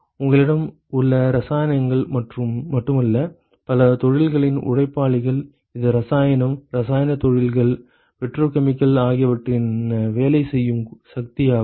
உங்களிடம் உள்ள இரசாயனங்கள் மட்டுமல்ல பல தொழில்களின் உழைப்பாளிகள் இது இரசாயனம் இரசாயனத் தொழில்கள் பெட்ரோ கெமிக்கல் ஆகியவற்றின் வேலை செய்யும் சக்தியாகும்